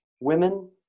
Women